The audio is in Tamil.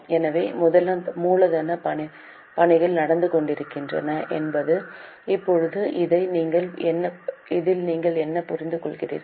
எனவே மூலதனப் பணிகள் நடந்து கொண்டிருக்கின்றன இப்போது இதை நீங்கள் என்ன புரிந்துகொள்கிறீர்கள்